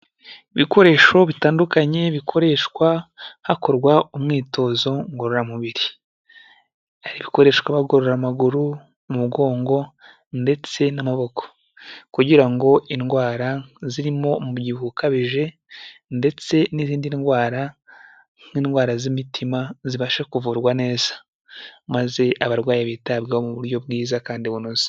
Ibikoresho bitandukanye bikoreshwa hakorwa umwitozo ngororamubiri ikoreshwa bagorora amaguru umu mugongo ndetse n'amaboko kugira ngo indwara zirimo umubyibuho ukabije ndetse n'izindi ndwara nk'indwara z'imitima zibashe kuvurwa neza maze abarwayi bitabwaho mu buryo bwiza kandi bunoze.